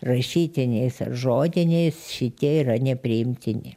rašytiniais ar žodiniais šitie yra nepriimtini